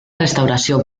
restauració